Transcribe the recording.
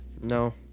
No